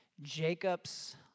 Jacob's